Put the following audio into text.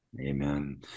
Amen